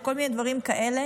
כל מיני דברים כאלה,